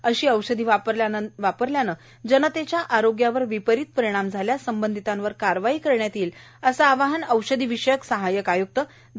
अशी औषधे वापरल्यानंतर जनतेच्या आरोग्यावर विपरीत परिणाम झाल्यास संबंधितावर कारवाई करण्यात येईलए असं आवाहन औषधी विषयक सहायक आय्क्त ध